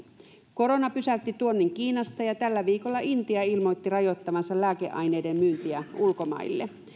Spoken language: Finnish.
korona pysäytti tuonnin kiinasta ja tällä viikolla intia ilmoitti rajoittavansa lääkeaineiden myyntiä ulkomaille